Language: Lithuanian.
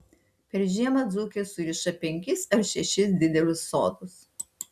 per žiemą dzūkės suriša penkis ar šešis didelius sodus